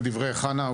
לדבריי חנה,